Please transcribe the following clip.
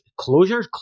closures